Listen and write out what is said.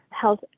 health